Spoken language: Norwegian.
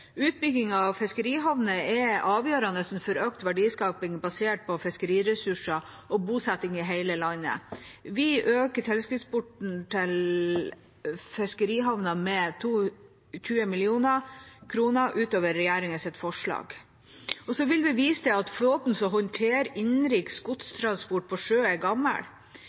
Utbygging av fiskerihavner er avgjørende for økt verdiskaping basert på fiskeriressursene og bosetting i hele landet. Vi øker tilskuddsposten til fiskerihavner med 20 mill. kr utover regjeringens forslag. Vi viser til at flåten som håndterer innenriks godstransport på sjø, er gammel.